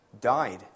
died